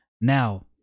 Now